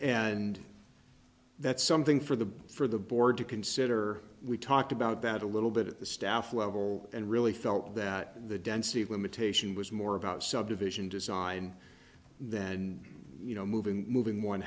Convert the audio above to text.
and that's something for the for the board to consider we talked about that a little bit at the staff level and really felt that the density of limitation was more about subdivision design that and you know moving moving one